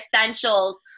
essentials